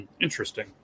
interesting